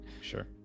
Sure